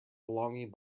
belonging